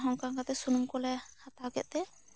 ᱚᱱᱠᱟ ᱠᱟᱛᱮ ᱥᱩᱱᱩᱢ ᱠᱚ ᱞᱮ ᱦᱟᱛᱟᱣ ᱠᱮᱫ ᱛᱮ